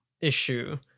issue